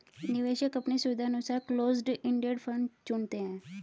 निवेशक अपने सुविधानुसार क्लोस्ड इंडेड फंड चुनते है